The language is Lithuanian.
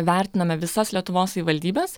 vertinome visas lietuvos savivaldybes